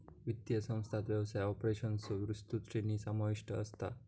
वित्तीय संस्थांत व्यवसाय ऑपरेशन्सचो विस्तृत श्रेणी समाविष्ट असता